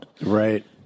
Right